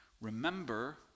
remember